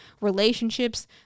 relationships